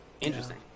Interesting